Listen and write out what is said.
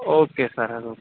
okay sir حظ okay